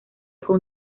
con